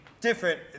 different